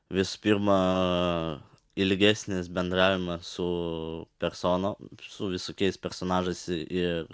visų pirma ilgesnis bendravimas su persona su visokiais personažais ir